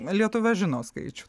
lietuva žino skaičių